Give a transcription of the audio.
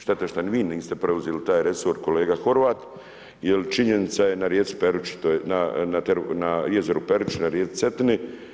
Šteta što vi niste preuzeli taj resor, kolega Horvat jer činjenica je na rijeci Peruči, na jezeru Peruča, na rijeci Cetini.